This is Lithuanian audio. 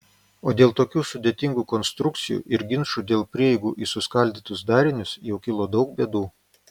o dėl tokių sudėtingų konstrukcijų ir ginčų dėl prieigų į suskaldytus darinius jau kilo daug bėdų